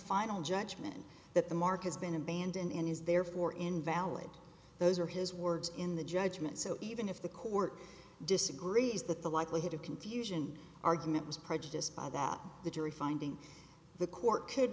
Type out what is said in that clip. final judgment that the market's been abandoned and is therefore invalid those are his words in the judgement so even if the court disagrees that the likelihood of confusion argument was prejudiced by that the jury finding the court could